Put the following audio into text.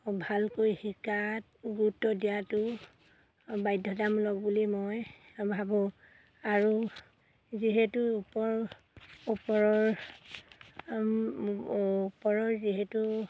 ভালকৈ শিকাত গুৰুত্ব দিয়াতো বাধ্যতামূলক বুলি মই ভাবোঁ আৰু যিহেতু ওপৰ ওপৰৰ ওপৰৰ যিহেতু